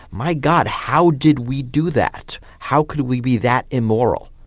my god, how did we do that, how could we be that immoral?